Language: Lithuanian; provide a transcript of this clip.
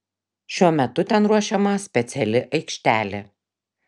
šiuo metu ten ruošiama speciali aikštelė